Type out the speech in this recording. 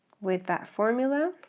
with that formula.